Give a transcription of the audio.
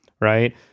Right